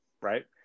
right